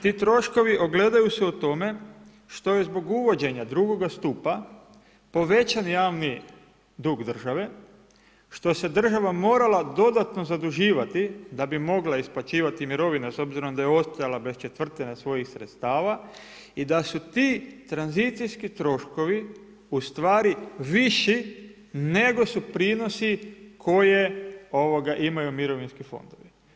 Ti troškovi ogledaju se u tome što je zbog uvođenja drugoga stupa povećan javni dug države, što se država morala dodatno zaduživati da bi mogla isplaćivati mirovine s obzirom da je ostajala bez četvrtine svojih sredstva i da su ti tranzicijski troškovi u stvari viši nego su prinosi koje imaju mirovinski fondovi.